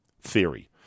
theory